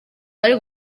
bari